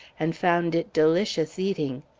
and found it delicious eating.